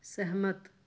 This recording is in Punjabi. ਸਹਿਮਤ